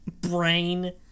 Brain